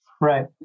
Right